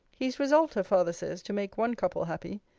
he is resolved, her father says, to make one couple happy,